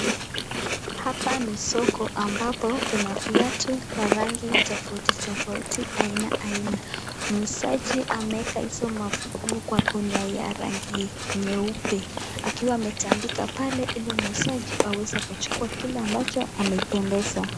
Hapa ni soko ambapo kuna viatu kwa rangi tofauti tofauti aina aina. Muuzaji ameweka hizo mafungu kwa kunia ya rangi nyeupe. Akiwa ametandika pale ili mnunuzi aweze akachukua kile ambacho amependezwa.